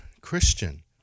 Christian